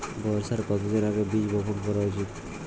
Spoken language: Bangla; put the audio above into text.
বর্ষার কতদিন আগে বীজ বপন করা উচিৎ?